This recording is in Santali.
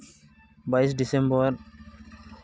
ᱵᱟᱭᱤᱥ ᱰᱤᱥᱮᱢᱵᱚᱨ